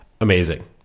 amazing